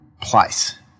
place